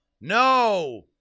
no